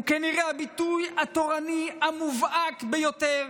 היא כנראה הביטוי התורני המובהק ביותר